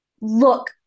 look